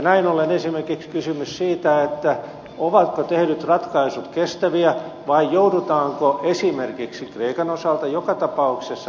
näin ollen herää esimerkiksi kysymys siitä ovatko tehdyt ratkaisut kestäviä vai joudutaanko esimerkiksi kreikan osalta joka tapauksessa velkasaneeraukseen